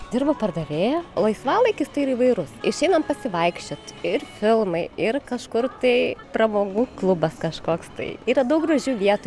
dirbu pardavėja laisvalaikis tai yra įvairus išeinam pasivaikščiot ir filmai ir kažkur tai pramogų klubas kažkoks tai yra daug gražių vietų